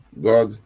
God